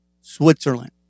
Switzerland